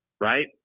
right